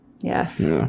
Yes